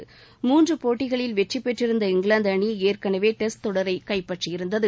ஏற்கனவே மூன்று போட்டிகளில் வெற்றி பெற்றிருந்த இங்கிலாந்து அணி டெஸ்ட் தொடரை கைப்பற்றியிருந்தது